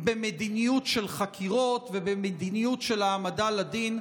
במדיניות של חקירות ובמדיניות של העמדה לדין,